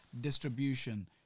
distribution